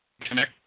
connect